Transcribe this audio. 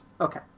Okay